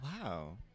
wow